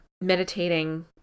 meditating